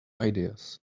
ideas